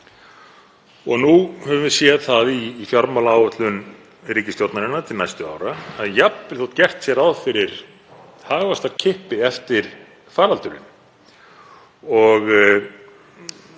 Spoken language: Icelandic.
Nú höfum við séð það í fjármálaáætlun ríkisstjórnarinnar til næstu ára að jafnvel þótt gert sé ráð fyrir hagvaxtarkippi eftir faraldurinn og